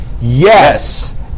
Yes